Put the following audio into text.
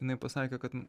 jinai pasakė kad